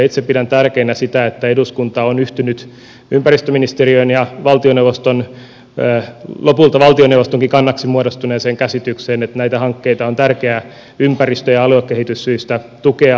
itse pidän tärkeänä sitä että eduskunta on yhtynyt ympäristöministeriön ja lopulta valtioneuvostonkin kannaksi muodostuneeseen käsitykseen että näitä hankkeita on tärkeää ympäristö ja aluekehityssyistä tukea